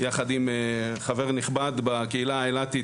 יחד עם חבר נכבד בקהילה האילתית,